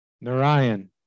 Narayan